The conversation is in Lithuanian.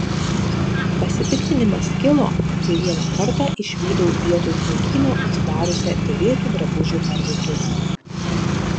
pasipiktinimas kilo kai vieną kartą išvydau vietoj knygyno atsidariusią dėvėtų drabužių parduotuvę